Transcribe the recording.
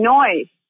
noise